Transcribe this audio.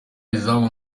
izamu